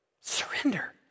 Surrender